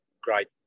great